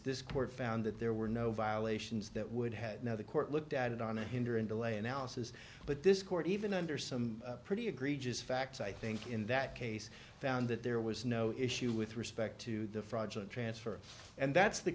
this court found that there were no violations that would had now the court looked at it on a hinder and delay analysis but this court even under some pretty egregious facts i think in that case found that there was no issue with respect to the fraudulent transfer and that's the